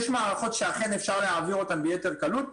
יש מערכות שאכן אפשר להעביר אותן ביתר קלות,